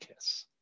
kiss